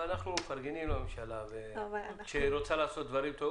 אבל אנחנו מפרגנים לממשלה שהיא רוצה לעשות דברים טובים,